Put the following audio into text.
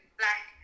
black